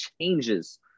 changes